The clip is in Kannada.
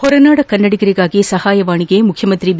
ಹೊರನಾಡ ಕನ್ನಡಿಗರಿಗಾಗಿ ಸಹಾಯವಾಣಿಗೆ ಮುಖ್ಯಮಂತ್ರಿ ಬಿ